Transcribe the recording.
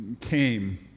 came